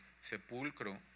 sepulcro